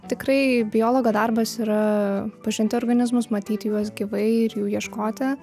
tikrai biologo darbas yra pažinti organizmus matyti juos gyvai ir jų ieškoti